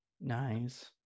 Nice